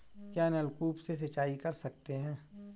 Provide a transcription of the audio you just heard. क्या नलकूप से सिंचाई कर सकते हैं?